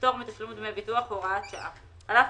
פטור מתשלום דמי ביטוח הוראת שעה (א)על אף